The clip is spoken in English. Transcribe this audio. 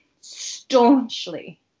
staunchly